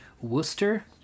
Worcester